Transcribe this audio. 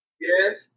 Yes